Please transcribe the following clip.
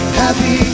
happy